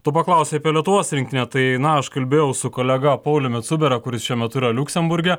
tu paklausei apie lietuvos rinktinę tai na aš kalbėjau su kolega pauliumi cubera kuris šiuo metu yra liuksemburge